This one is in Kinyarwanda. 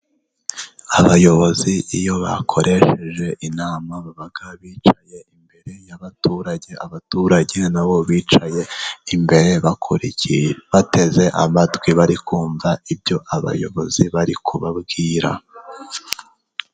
Abayobozi iyo bakoresheje inama, baba bicaye imbere y'abaturage abaturage ,na bo bicaye imbere bakora iki? Bateze amatwi ,bari kumva ibyo abayobozi bari kubabwira.